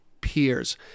peers